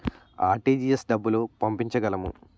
RTGS డబ్బులు పంపించగలము?